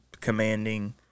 commanding